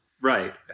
Right